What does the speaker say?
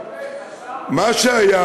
מה שהיה